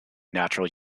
natural